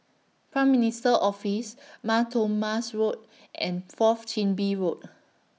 Prime Minister's Office Mar Thoma's Road and Fourth Chin Bee Road